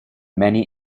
many